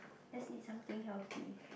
let's eat something healthy